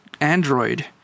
android